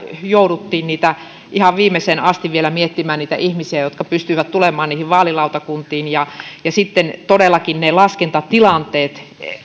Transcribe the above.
jouduttiin kyllä ihan viimeiseen asti vielä miettimään niitä ihmisiä jotka pystyivät tulemaan niihin vaalilautakuntiin ja ja sitten todellakin ne laskentatilanteet